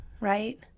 right